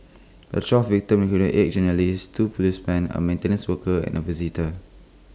the twelve victims eight journalists two policemen A maintenance worker and A visitor